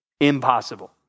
impossible